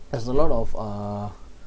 there's a lot of uh